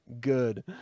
good